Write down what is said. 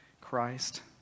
Christ